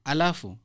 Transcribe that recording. Alafu